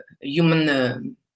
human